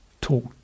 talk